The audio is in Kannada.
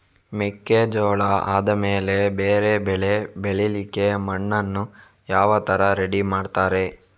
ಮೆಕ್ಕೆಜೋಳ ಆದಮೇಲೆ ಬೇರೆ ಬೆಳೆ ಬೆಳಿಲಿಕ್ಕೆ ಮಣ್ಣನ್ನು ಯಾವ ತರ ರೆಡಿ ಮಾಡ್ತಾರೆ?